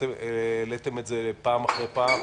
שהעליתם את זה פעם אחר פעם.